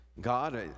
god